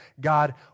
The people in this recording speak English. God